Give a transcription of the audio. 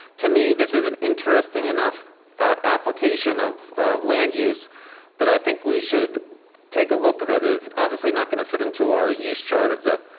to me, this is an interesting enough application of of land use that i think we should take a look of it. it's obviously not going to fit into our use chart of the,